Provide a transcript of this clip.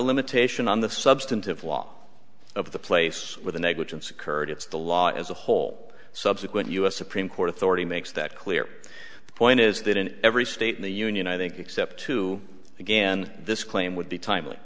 limitation on the substantive law of the place where the negligence occurred it's the law as a whole subsequent us supreme court authority makes that clear point is that in every state in the union i think except to again this claim would be timely